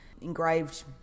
engraved